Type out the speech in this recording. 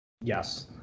Yes